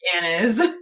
Anna's